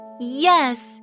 Yes